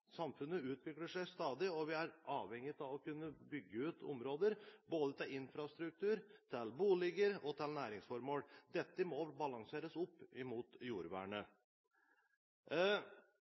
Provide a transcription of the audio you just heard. Samfunnet utvikler seg stadig, og vi er avhengig av å kunne bygge ut områder både til infrastruktur, til boliger og til næringsformål. Dette må balanseres opp